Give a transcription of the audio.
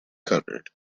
covered